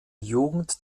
jugend